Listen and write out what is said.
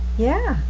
yeah,